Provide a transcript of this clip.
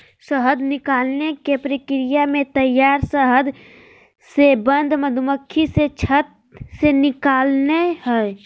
शहद निकालने के प्रक्रिया में तैयार शहद से बंद मधुमक्खी से छत्त से निकलैय हइ